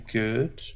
good